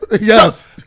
Yes